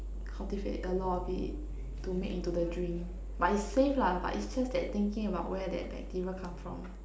cultivate a lot of it to make into the drink but it's safe lah but it's just that thinking about where that bacteria come from